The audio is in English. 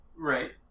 Right